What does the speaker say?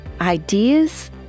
ideas